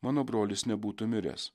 mano brolis nebūtų miręs